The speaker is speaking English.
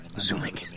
Zooming